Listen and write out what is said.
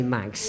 Max